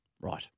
Right